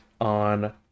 On